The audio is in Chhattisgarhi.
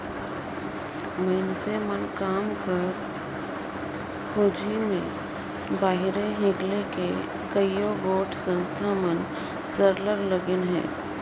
मइनसे मन काम कर खोझी में बाहिरे हिंकेल के कइयो गोट संस्था मन में सरलग लगिन अहें